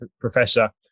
professor